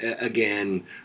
again